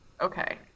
Okay